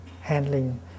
handling